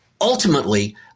Ultimately